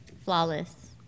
flawless